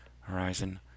Horizon